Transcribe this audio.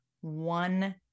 one